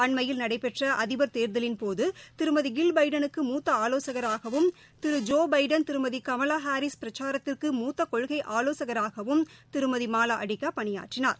அண்மையில் நடைபெற்ற அதிபர் தேர்தலின்போது திருமதி கில் எபடனுக்கு மூத்த ஆலோசகராகவும் திரு ஜோ பைடன் திருமதி கமாலா ஹரீஸ் பிரச்சாரத்திற்கு மூத்த கொள்கை ஆலோசகராகவும் திருமதி மாலா அடிகா பணியாற்றினார்